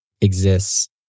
exists